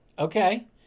Okay